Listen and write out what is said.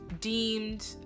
deemed